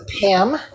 Pam